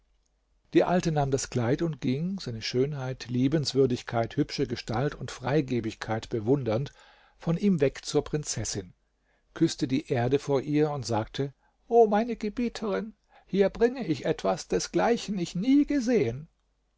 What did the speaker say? die alte nahm das kleid und ging seine schönheit liebenswürdigkeit hübsche gestalt und freigebigkeit bewundernd von ihm weg zur prinzessin küßte die erde vor ihr und sagte o meine gebieterin hier bringe ich etwas desgleichen ich nie gesehen